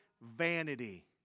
vanity